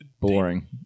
boring